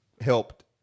helped